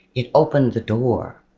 it opened the door.